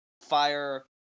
fire